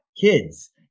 Kids